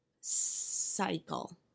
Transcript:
cycle